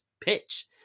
pitch